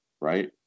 right